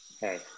Hey